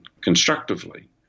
constructively